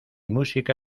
música